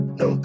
no